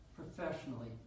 Professionally